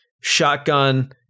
shotgun